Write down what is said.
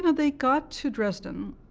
they got to dresden,